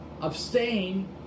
Abstain